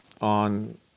on